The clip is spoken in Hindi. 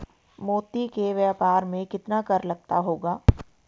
मोती के व्यापार में कितना कर लगता होगा?